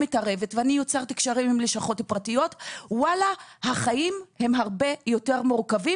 ויוצרת קשרים עם לשכות פרטיות החיים הם יותר מורכבים,